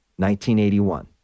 1981